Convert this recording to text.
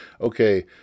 okay